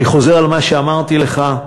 אני חוזר על מה שאמרתי לך: